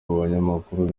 banyamakuru